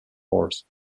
force